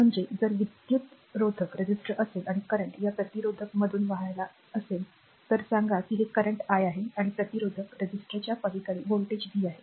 म्हणजे जर विद्युत्विरोधक असेल आणि विद्युत् प्रवाह या प्रतिरोधकमधून वाहायचा असेल तर सांगा की हे करंट i आहे आणि प्रतिरोधकच्या पलीकडे व्होल्टेज v आहे